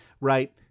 right